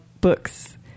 books